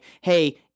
hey